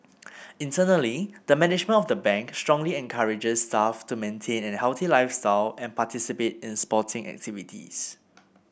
internally the management of the Bank strongly encourages staff to maintain an healthy lifestyle and participate in sporting activities